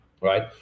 right